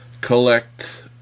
collect